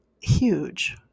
huge